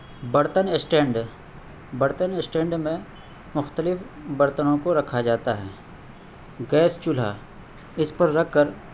برتن اسٹینڈ ہے برتن اسٹینڈ میں مختلف برتنوں کو رکھا جاتا ہے گیس چولہا اس پر رکھ کر